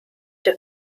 der